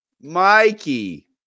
Mikey